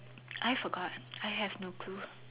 I forgot I have no clue